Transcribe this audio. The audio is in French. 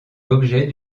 l’objet